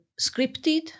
scripted